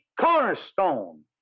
cornerstone